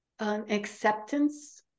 acceptance